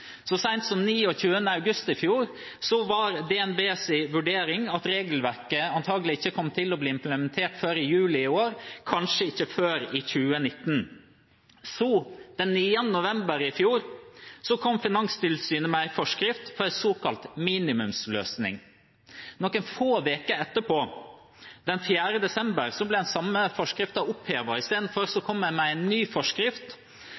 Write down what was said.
Så sent som 29. august i fjor var DNBs vurdering at regelverket antagelig ikke kom til å bli implementert i juli i år, kanskje ikke før i 2019. Så, den 9. november i fjor, kom Finanstilsynet med en forskrift for en såkalt minimumsløsning. Noen få uker etterpå, den 4. desember, ble den samme forskriften opphevet. Istedenfor kom en med en ny forskrift,